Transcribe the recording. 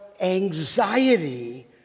anxiety